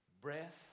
breath